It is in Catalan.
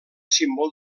símbol